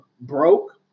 broke